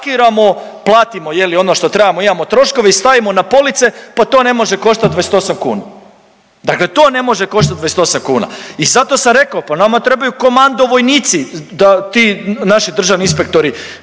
pakiramo, platimo je li ono što trebamo imamo troškove i stavimo na police pa to ne može koštat 28 kuna, dakle to ne može koštati 28 kuna. I zato sam rekao, pa nama trebaju komando vojnici da ti naši državni inspektori